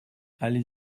allez